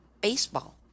Baseball